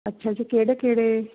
ਅੱਛਾ ਜੀ ਕਿਹੜੇ ਕਿਹੜੇ